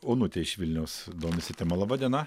onutė iš vilniaus domisi tema laba diena